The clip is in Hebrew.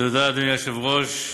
אדוני היושב-ראש,